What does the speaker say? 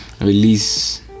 release